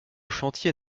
chantier